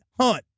hunt